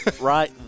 right